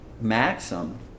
maxim